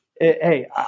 Hey